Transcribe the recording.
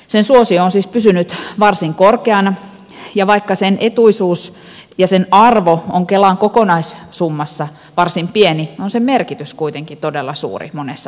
sen suosio on siis pysynyt varsin korkeana ja vaikka sen etuisuuden arvo on kelan kokonaissummassa varsin pieni on sen merkitys kuitenkin todella suuri monessa perheessä